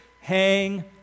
hang